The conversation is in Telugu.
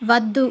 వద్దు